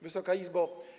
Wysoka Izbo!